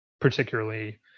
particularly